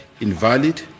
invalid